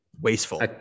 Wasteful